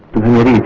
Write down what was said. would